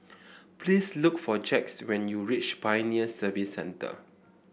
please look for Jax when you reach Pioneer Service Centre